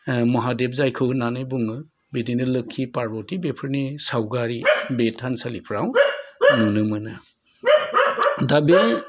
महादेब होननानै जायखौ बुङो बिदिनो लोक्षि पार्बति बेफोरनि सावगारि बे थानसालिफोराव नुनो मोनो दा बे